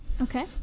Okay